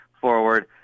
forward